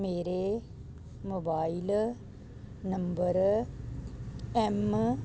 ਮੇਰੇ mobile number M